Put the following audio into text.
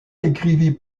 écrivit